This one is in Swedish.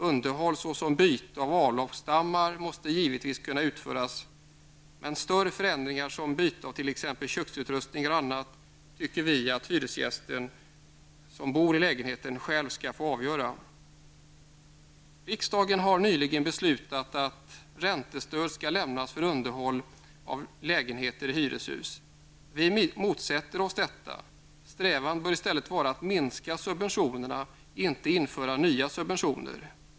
Underhåll såsom byte av avloppsstammar måste givetvis kunna utföras, men större förändringar såsom byte av t.ex. köksutrustning eller annat tycker vi att den hyresgäst som bor i lägenheten själv skall få avgöra. Riksdagen har också nyligen beslutat att räntestöd skall lämnas för underhåll av lägenheter i hyreshus. Vi motsätter oss detta. Strävan bör i stället vara att minska subventionerna, inte att införa nya subventioner.